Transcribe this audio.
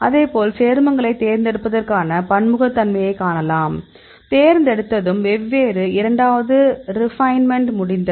அதேபோல் சேர்மங்களைத் தேர்ந்தெடுப்பதற்கான பன்முகத்தன்மையைக் காணலாம் தேர்ந்தெடுத்ததும் வெவ்வேறு இரண்டாவது ரிபைமெண்ட் முடிந்தது